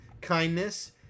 kindness